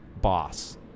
boss